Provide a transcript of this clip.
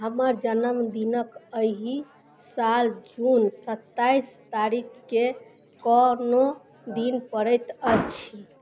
हमर जनमदिनक एहि साल जून सत्ताइस तारीखकेँ कौनो दिन पड़ैत अछि